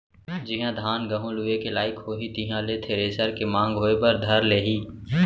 जिहॉं धान, गहूँ लुए के लाइक होही तिहां ले थेरेसर के मांग होय बर धर लेही